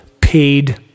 paid